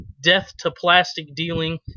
death-to-plastic-dealing